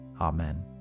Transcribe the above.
Amen